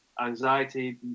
anxiety